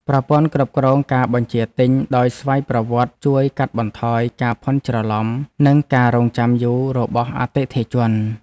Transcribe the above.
ប្រព័ន្ធគ្រប់គ្រងការបញ្ជាទិញដោយស្វ័យប្រវត្តិជួយកាត់បន្ថយការភ័ន្តច្រឡំ និងការរង់ចាំយូររបស់អតិថិជន។